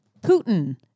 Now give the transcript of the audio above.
Putin